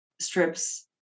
strips